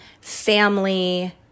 family